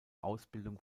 ausbildung